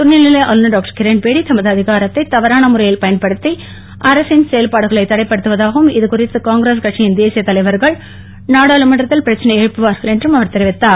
துணைநிலை ஆளுநர் டாக்டர் கிரண்பேடி தமது அதிகாரத்தை தவறான முறையில் பயன்படுத்தி அரசின் செயல்பாடுகளை தடைபடுத்துவதாகவும் இது குறித்து காங்கிரஸ் கட்சியின் தேசிய தலைவர்கள் நாடாளுமன்றத்தில் பிரச்சனை எழுப்புவார்கள் என்றும் அவர் தெரிவித்தார்